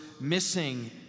missing